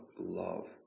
love